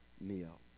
meal